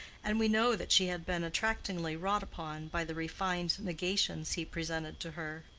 and we know that she had been attractingly wrought upon by the refined negations he presented to her.